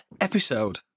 episode